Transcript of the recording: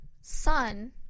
son